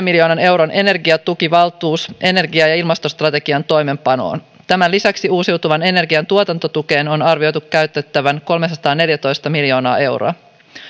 miljoonan euron energiatukivaltuus energia ja ja ilmastostrategian toimeenpanoon tämän lisäksi uusiutuvan energian tuotantotukeen on arvioitu käytettävän kolmesataaneljätoista miljoonaa euroa